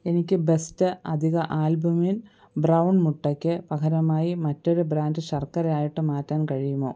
എനിക്ക് ബെസ്റ്റ് അധിക albumin brown മുട്ടയ്ക്ക് പകരമായി മറ്റൊരു ബ്രാൻഡ് ശർക്കര ആയിട്ട് മാറ്റാൻ കഴിയുമോ